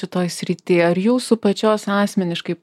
kitoj srity ar jūsų pačios asmeniškai